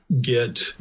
get